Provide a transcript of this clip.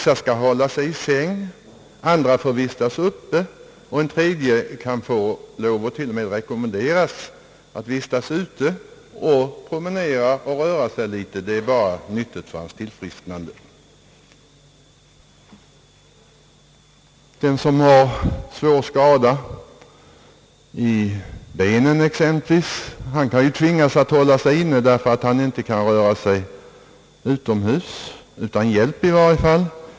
Den ene skall hålla sig i säng, den andre får vistas uppe och en tredje kanske till och med kan rekommenderas att vistas ute för att promenera och röra sig — om det bara är nyttigt för hans tillfrisknande. Den som har en svår skada exempelvis i benen kan tvingas hålla sig inne därför att han inte utan hjälp kan röra sig utomhus.